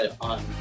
on